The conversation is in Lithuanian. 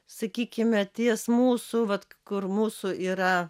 sakykime ties mūsų vat kur mūsų yra